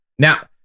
Now